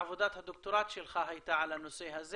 שעבודת הדוקטורט שלך הייתה על הנושא הזה